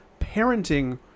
parenting